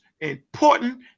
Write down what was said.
important